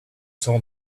saw